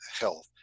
health